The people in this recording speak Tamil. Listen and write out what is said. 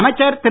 அமைச்சர் திரு